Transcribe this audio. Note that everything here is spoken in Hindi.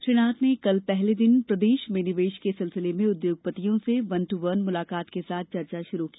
श्री नाथ ने कल पहले दिन प्रदेश में निवेश के सिलसिले में उद्योगपतियों से वन ट् वन मुलाकात के साथ चर्चा शुरू की